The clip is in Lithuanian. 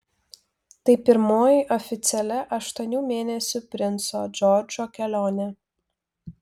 tai pirmoji oficiali aštuonių mėnesių princo džordžo kelionė